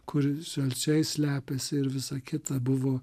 kur žalčiai slepiasi ir visa kita buvo